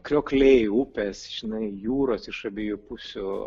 kriokliai upės žinai jūros iš abiejų pusių